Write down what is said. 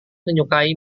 menyukai